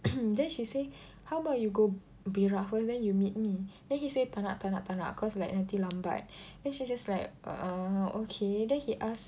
then she say how about you go berak first then you meet me then he say tak nak tak nak tak nak cause like nanti lambat then she just like uh okay then he ask